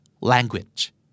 Language